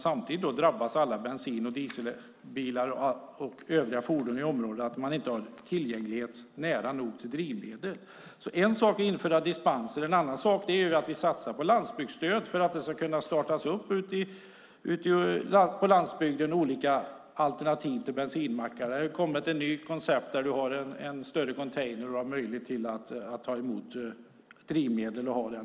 Samtidigt drabbas alla bensin och dieselbilar och övriga fordon i området av att drivmedel inte finns tillgängliga. En sak är att införa dispenser, och en annan sak är att vi satsar på landsbygdsstöd för att det ute på landsbygden ska kunna startas upp olika alternativ till bensinmackar. Det har kommit ett nytt koncept där man har en större container och har möjlighet att ta emot drivmedel.